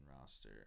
roster